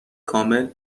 کامل